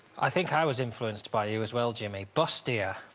i think i was influenced by you as well jimmy. bustier